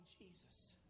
Jesus